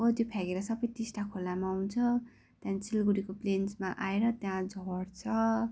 हो त्यो फ्याँकेर सबै टिस्टा खोलामा आउँछ त्यहाँदेखि सिलगढीको प्लेन्समा आएर त्यहाँ झर्छ